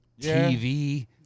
TV